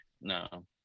No